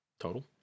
Total